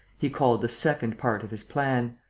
he called the second part of his plan.